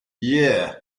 yeah